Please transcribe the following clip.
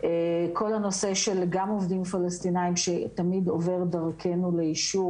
כל הנושא של גם עובדים פלסטינים שתמיד עובר דרכינו לאישור,